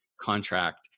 contract